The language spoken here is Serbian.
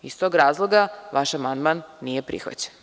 Iz tog razloga vaš amandman nije prihvaćen.